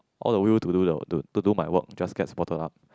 all the will to do the to do my work just gets bottled up